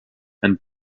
and